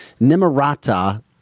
Nimarata